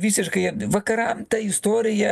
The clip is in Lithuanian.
visiškai vakaram ta istorija